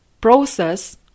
process